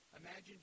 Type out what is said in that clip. Imagine